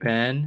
Ben